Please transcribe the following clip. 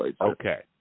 Okay